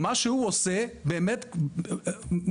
מה שהוא עושה באמת מרהיב,